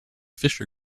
fisher